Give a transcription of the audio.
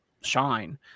shine